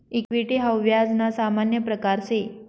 equity हाऊ व्याज ना सामान्य प्रकारसे